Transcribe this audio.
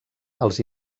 els